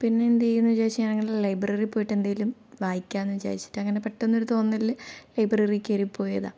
പിന്നെന്തെയ്യുംന്നു വിചാരിച്ച് ഞാൻ അങ്ങനെ ലൈബ്രറിയിൽ പോയിട്ട് എന്തേലും വായിക്കാമെന്ന് വിചാരിച്ചിട്ട് അങ്ങനെ പെട്ടെന്നൊരു തോന്നലിൽ ലൈബ്രറി കയറിപ്പോയതാണ്